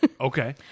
okay